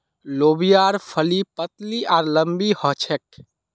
लोबियार फली पतली आर लम्बी ह छेक